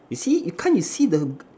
you see you can't you see the